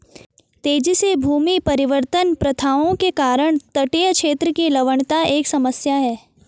तेजी से भूमि परिवर्तन प्रथाओं के कारण तटीय क्षेत्र की लवणता एक समस्या है